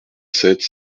sept